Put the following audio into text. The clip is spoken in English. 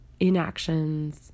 inactions